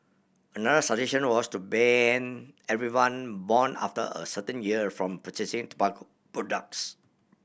another suggestion was to ban everyone born after a certain year from purchasing tobacco products